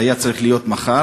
זה היה צריך להיות מחר,